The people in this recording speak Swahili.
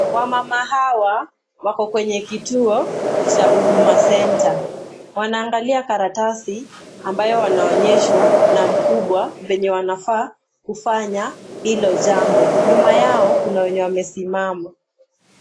Wamama hawa, wako kwenye kituo cha Huduma Center, wanaangalia karatasi ambayo wana onyeshwa na mkubwa wenye wanafaa kufanya hilo jambo. Nyuma yao kuna wenye wamesimama.